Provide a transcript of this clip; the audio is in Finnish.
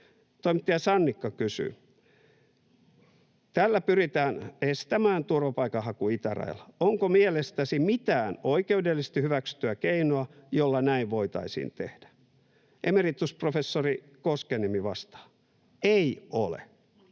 oikeuden asiantuntija: ”Tällä pyritään estämään turvapaikanhaku itärajalla. Onko mielestäsi mitään oikeudellisesti hyväksyttyä keinoa, jolla näin voitaisiin tehdä?” Emeritusprofessori Koskenniemi vastaa: ”Ei ole.”